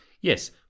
Yes